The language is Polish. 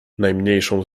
najmniejszą